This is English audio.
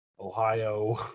Ohio